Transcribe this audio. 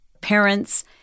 parents